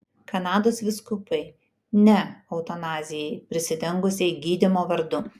kanados vyskupai ne eutanazijai prisidengusiai gydymo vardu